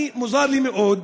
אני, מוזר לי מאוד,